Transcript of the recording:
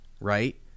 right